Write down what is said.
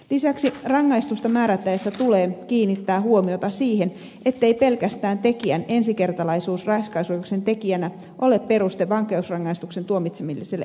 lisäksi rangaistusta määrättäessä tulee kiinnittää huomiota siihen ettei pelkästään tekijän ensikertalaisuus raiskausrikoksen tekijänä ole peruste vankeusrangaistuksen tuomitsemiselle ehdollisena